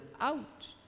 out